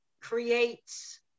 creates